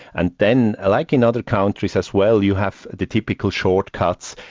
and then, like in other countries as well, you have the typical shortcuts,